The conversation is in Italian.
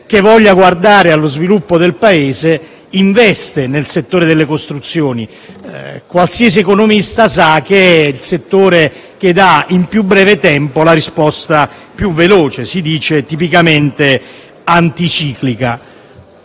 che voglia guardare allo sviluppo del Paese, investe nel settore delle costruzioni. Qualsiasi economista sa che è il settore che dà in più breve tempo la risposta più veloce: si dice, tipicamente, anticiclica.